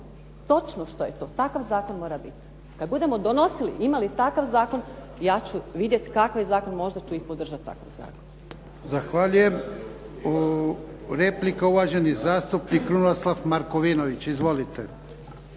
točno što je to. Takav zakon mora biti. Kad budemo donosili i imali takav zakon, ja ću vidjet kakav je zakon, možda ću i podržat takav zakon.